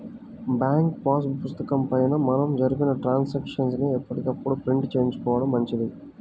bank pass పుస్తకం పైన మనం జరిపిన ట్రాన్సాక్షన్స్ ని ఎప్పటికప్పుడు ప్రింట్ చేయించుకోడం మంచిది